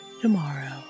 Tomorrow